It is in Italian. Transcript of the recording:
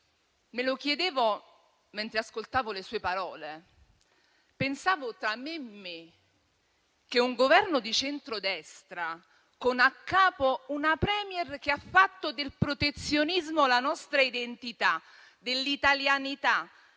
Me lo chiedevo mentre ascoltavo le sue parole. Pensavo, tra me e me, che un Governo di centrodestra, con a capo una *Premier* che ha fatto del protezionismo la nostra identità, dell'italianità